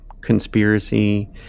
conspiracy